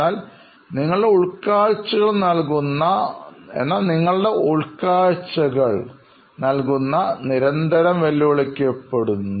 എന്നാൽ നിങ്ങളുടെ ഉൾക്കാഴ്ചകൾ നൽകുന്ന നിരന്തരം വെല്ലുവിളിക്കപ്പെടുന്നു